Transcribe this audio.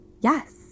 Yes